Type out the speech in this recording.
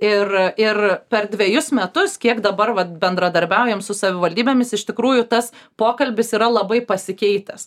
ir ir per dvejus metus kiek dabar vat bendradarbiaujam su savivaldybėmis iš tikrųjų tas pokalbis yra labai pasikeitęs